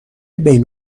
بین